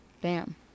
Bam